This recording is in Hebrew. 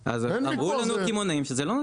אז אמרו לנו הקמעונאים שזה לא נותן.